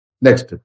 Next